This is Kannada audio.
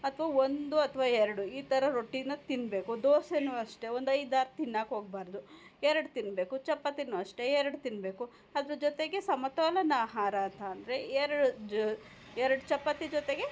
ಅಥ್ವಾ ಒಂದು ಅಥ್ವಾ ಎರಡು ಈ ಥರ ರೊಟ್ಟಿನ ತಿನ್ನಬೇಕು ದೋಸೆಯೂ ಅಷ್ಟೆ ಒಂದು ಐದು ಆರು ತಿನ್ನೋಕ್ಕೋಗ್ಬಾರ್ದು ಎರಡು ತಿನ್ನಬೇಕು ಚಪಾತಿಯೂ ಅಷ್ಟೆ ಎರಡು ತಿನ್ನಬೇಕು ಅದ್ರ ಜೊತೆಗೆ ಸಮತೋಲನ ಆಹಾರ ಅಂತ ಅಂದರೆ ಎರಡು ಜ ಎರಡು ಚಪಾತಿ ಜೊತೆಗೆ